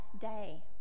day